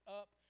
up